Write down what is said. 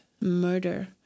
murder